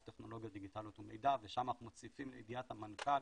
טכנולוגיה דיגיטלית ומידע ושם אנחנו מציפים לידיעת המנכ"ל,